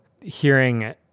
hearing